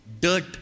Dirt